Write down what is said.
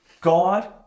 God